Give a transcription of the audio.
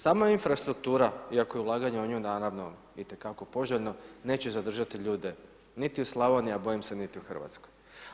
Sama infrastruktura, iako je ulaganje u nju naravno itekako poželjno, neće zadržati ljude niti u Slavoniji, a bojim se niti u RH.